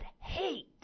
hate